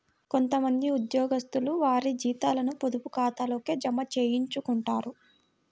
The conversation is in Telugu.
కొంత మంది ఉద్యోగస్తులు వారి జీతాలను పొదుపు ఖాతాల్లోకే జమ చేయించుకుంటారు